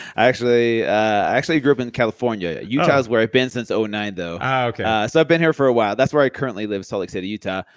i actually i actually grew up in california. utah's where i've been since nine though. so i've been here for a while. that's where i currently live, salt lake city, utah.